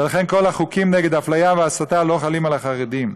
ולכן כל החוקים נגד אפליה והסתה לא חלים על החרדים.